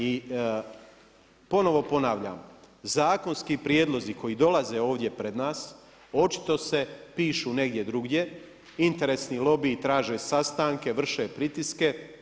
I ponovno ponavljam, zakonski prijedlozi koji dolaze ovdje pred nas očito se pišu negdje drugdje, interesni lobiji traže sastanke, vrše pritiske.